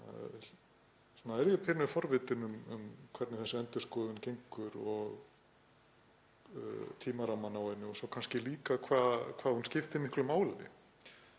Ég er pínu forvitinn um hvernig þessi endurskoðun gengur og tímarammann á henni og svo kannski líka hvað hún skiptir miklu máli,